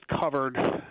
covered